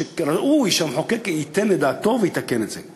שראוי שהמחוקק ייתן את דעתו ויתקן את זה.